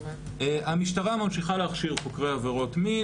המשטרה ממשיכה להכשיר חוקרי עבירות מין